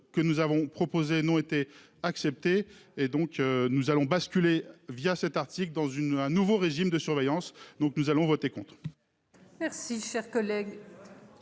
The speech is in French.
que nous avons proposé n'ont été acceptés et donc nous allons basculer via cet article, dans une, un nouveau régime de surveillance. Donc nous allons voter contre.